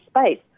space